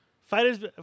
Fighters